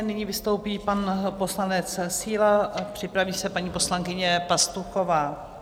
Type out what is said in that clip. Nyní vystoupí pan poslanec Síla a připraví se paní poslankyně Pastuchová.